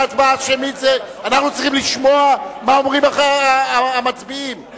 אנחנו צריכים לשמוע מה המצביעים אומרים.